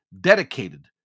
dedicated